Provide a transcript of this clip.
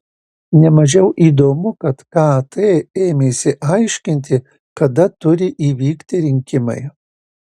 ne mažiau įdomu kad kt ėmėsi aiškinti kada turi įvykti rinkimai